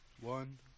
One